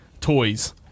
toys